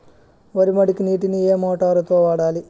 వరి మడికి నీటిని ఏ మోటారు తో వాడాలి?